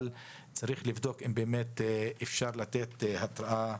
אבל מצד שני צריך לבדוק אם באמת אפשר לתת התרעה.